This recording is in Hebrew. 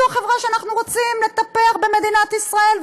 זו החברה שאנחנו רוצים לטפח במדינת ישראל,